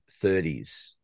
30s